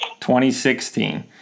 2016